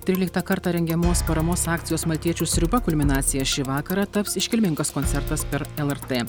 tryliktą kartą rengiamos paramos akcijos maltiečių sriuba kulminacija šį vakarą taps iškilmingas koncertas per lrt